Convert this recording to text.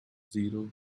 zero